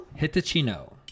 Hitachino